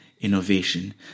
innovation